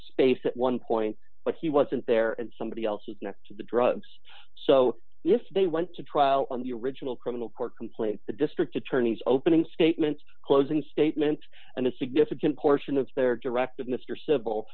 space at one point but he wasn't there and somebody else is next to the drugs so if they went to trial on the original criminal court complaint the district attorney's opening statements closing statement and a significant portion of their direct mr civil